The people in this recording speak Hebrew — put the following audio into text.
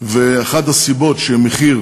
ואחת הסיבות שמחיר